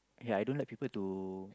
ya I don't like people to